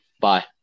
bye